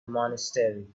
monastery